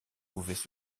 pouvaient